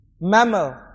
mammal